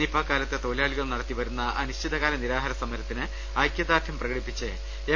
Nipah കാലത്തെ തൊഴിലാളികൾ നടത്തി വരുന്ന അനിശ്ചിതകാല നിരാഹാര സമരത്തിന് ഐക്യദാർഢ്യം പ്രകടിപ്പിച്ച് എം